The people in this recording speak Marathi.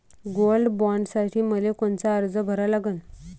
गोल्ड बॉण्डसाठी मले कोनचा अर्ज भरा लागन?